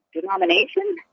denomination